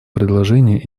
предложение